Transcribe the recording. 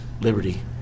liberty